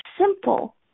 simple